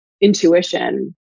intuition